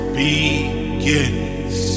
begins